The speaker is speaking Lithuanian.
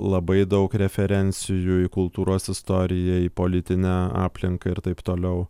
labai daug referencijų į kultūros istoriją į politinę aplinką ir taip toliau